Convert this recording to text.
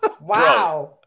Wow